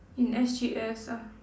in S_G_S ah